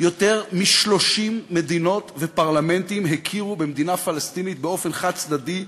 יותר מ-30 מדינות ופרלמנטים הכירו במדינה פלסטינית באופן חד-צדדי,